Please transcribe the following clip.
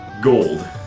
gold